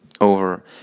over